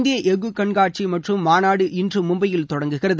இந்திய எஃகு கண்காட்சி மற்றும் மாநாடு இன்று மும்பையில் தொடங்குகிறது